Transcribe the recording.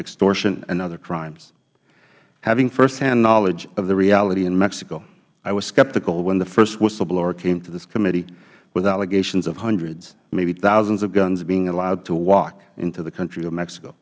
extortion and other crimes having firsthand knowledge of the reality in mexico i was skeptical when the first whistleblower came to this committee with allegations of hundreds maybe thousands of guns being allowed to walk into the country of mexico